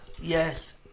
Yes